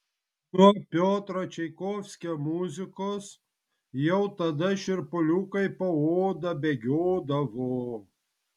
nuo piotro čaikovskio muzikos jau tada šiurpuliukai po oda bėgiodavo